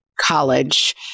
college